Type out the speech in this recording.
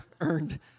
earned